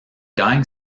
gagne